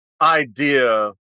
idea